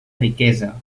riquesa